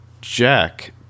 Jack